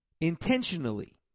intentionally